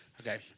Okay